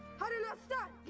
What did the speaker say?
hot enough,